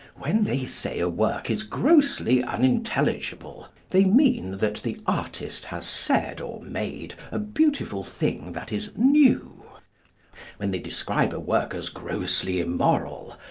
when they say a work is grossly unintelligible, they mean that the artist has said or made a beautiful thing that is new when they describe a work as grossly immoral,